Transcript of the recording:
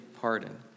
pardon